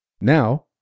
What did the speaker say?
Now